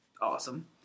awesome